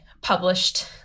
published